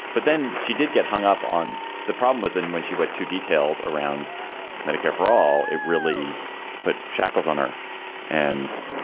but then she did get hung up on the problem within when she went too detailed around medicare for all. it really put shackles on her and